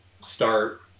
start